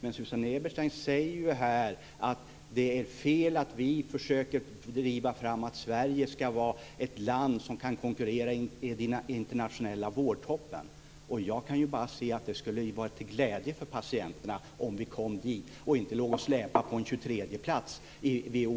Men Susanne Eberstein säger ju här att det är fel att vi försöker driva fram att Sverige ska vara ett land som kan konkurrera i den internationella vårdtoppen. Jag kan bara se att det skulle vara till glädje för patienterna om vi kom dit och inte låg och släpade på